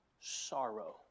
sorrow